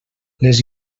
les